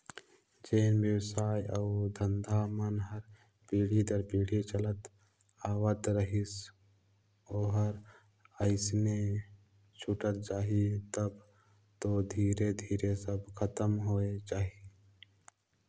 जेन बेवसाय अउ धंधा मन हर पीढ़ी दर पीढ़ी चलत आवत रहिस ओहर अइसने छूटत जाही तब तो धीरे धीरे सब खतम होए जाही